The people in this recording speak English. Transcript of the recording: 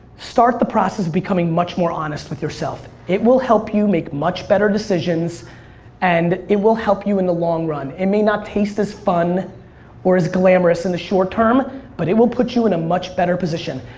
start the process of becoming much more honest with yourself. it will help you make much better decisions and it will help you in the long run. it may not taste as fun or as glamorous in the short term but it will put you in a much better position.